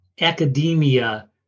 academia